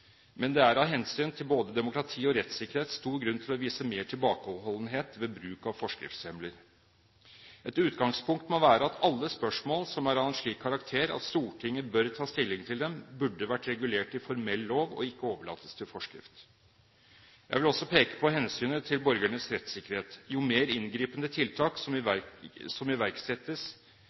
Men det er av hensyn til både demokrati og rettssikkerhet stor grunn til å vise mer tilbakeholdenhet ved bruk av forskriftshjemler. Et utgangspunkt må være at alle spørsmål som er av en slik karakter at Stortinget bør ta stilling til dem, burde vært regulert i formell lov og ikke overlates til forskrift. Jeg vil også peke på hensynet til borgernes rettssikkerhet. Jo mer inngripende tiltak som iverksettes,